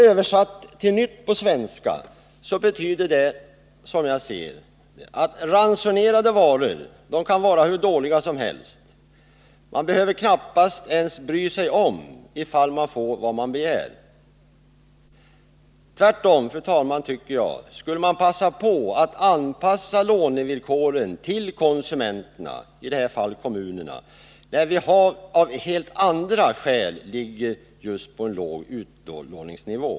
Översatt på nytt till svenska betyder det, att ransonerade varor kan vara hur dåliga som helst — man behöver knappast ens bry sig om ifall man får vad man begär. Tvärtom, fru talman, tycker jag, att man skulle passa på att anpassa lånevillkoren till konsumenterna, i det här fallet kommunerna, när vi av helt andra skäl ligger på en låg utlåningsnivå.